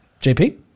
jp